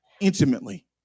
intimately